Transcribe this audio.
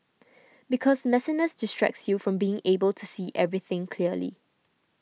because messiness distracts you from being able to see everything clearly